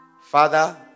father